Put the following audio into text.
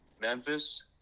Memphis